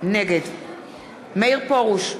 נגד מאיר פרוש,